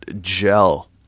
gel